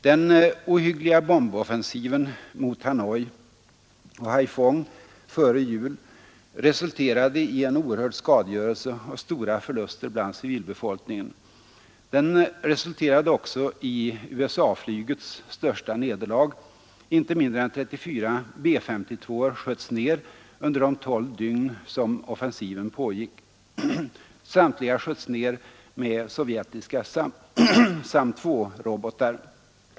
Den ohyggliga bomboffensiven mot Hanoi och Haiphong före jul resulterade i en oerhörd skadegörelse och stora förluster bland civilbefolkningen. Den resulterade också i USA-flygets största nederlag — inte mindre än 34 B-52:or sköts ner under de tolv dygn som offensiven pågick. Samtliga sköts ner med sovjetiska SAM-2-robotar.